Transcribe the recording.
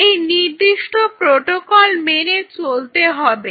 এই নির্দিষ্ট প্রটোকল মেনে চলতে হবে